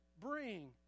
bring